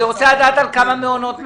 אני רוצה לדעת על כמה מעונות מדובר.